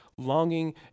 longing